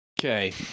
Okay